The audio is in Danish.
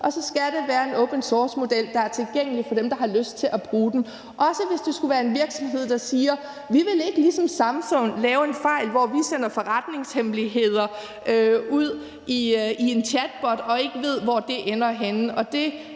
Og så skal det være en open source model, der er tilgængelig for dem, der har lyst til at bruge den, også hvis det skulle være en virksomhed, der siger, at de ikke ligesom Samsung vil lave en fejl, hvor de sender forretningshemmeligheder ud i en chatbot og ikke ved, hvor det ender henne.